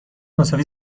مساوی